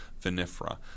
vinifera